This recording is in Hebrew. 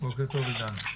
בוקר טוב, עידן.